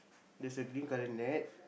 there's a green colour net